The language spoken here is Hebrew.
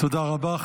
תודה רבה.